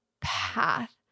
path